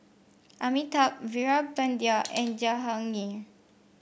Amitabh Veerapandiya and Jahangir